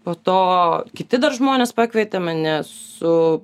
po to kiti dar žmonės pakvietė mane su